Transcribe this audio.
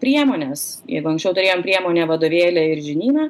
priemonės jeigu anksčiau turėjom priemonę vadovėlį ir žinyną